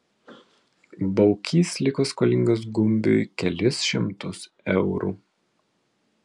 baukys liko skolingas gumbiui kelis šimtus eurų